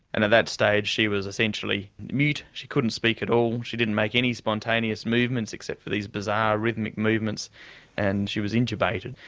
and that stage she was essentially mute, she couldn't speak at all, she didn't make any spontaneous movements except for these bizarre arrhythmic movements and she was intubated.